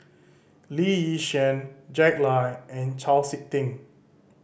Lee Yi Shyan Jack Lai and Chau Sik Ting